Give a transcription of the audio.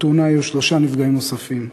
בתאונה היו שלושה נפגעים נוספים.